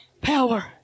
Power